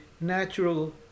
natural